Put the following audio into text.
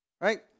right